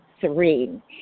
serene